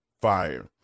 fire